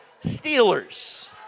Steelers